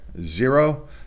zero